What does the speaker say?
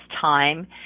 time